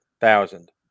thousand